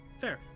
fair